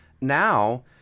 Now